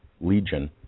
legion